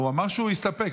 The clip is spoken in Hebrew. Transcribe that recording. הוא אמר שהוא הסתפק.